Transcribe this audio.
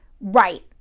Right